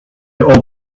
old